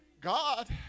God